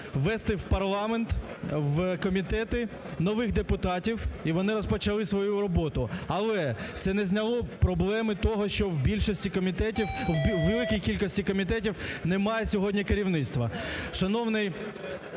ввести в парламент, в комітети нових депутатів, і вони розпочали свою роботу. Але це не зняло проблеми того, що в більшості комітетів, у великої кількості комітетів немає сьогодні керівництва.